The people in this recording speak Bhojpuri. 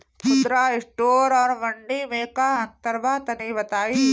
खुदरा स्टोर और मंडी में का अंतर बा तनी बताई?